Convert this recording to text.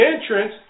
entrance